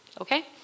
Okay